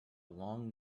long